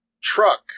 truck